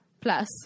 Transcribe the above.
plus